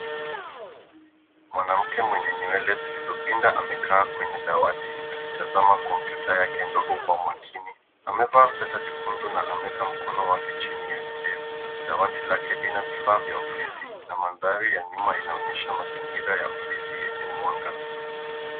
Mwanamke mwenye nywele zilizopinda amekaa kwenye dawati akitazama kompyuta yake ndogo kwa makini. Amevaa sweta jekundu na ameweka mkono wake chini ya kidevu. Dawati lake lina vifaa vya ofisi na mandhari ya nyuma inaonyesha mazingira ya ofisi yenye mwanga.